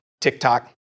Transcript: TikTok